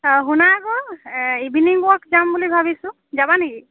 অ শুনা আকৌ a evening walk যাম বুলি ভাবিছোঁ যাবা নেকি